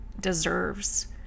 deserves